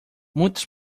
muitas